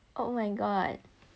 oh my god